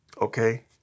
okay